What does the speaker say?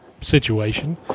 situation